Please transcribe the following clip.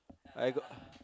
I got